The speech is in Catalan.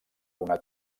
una